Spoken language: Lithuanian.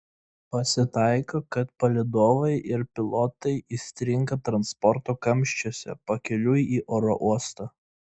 pasitaiko kad palydovai ir pilotai įstringa transporto kamščiuose pakeliui į oro uostą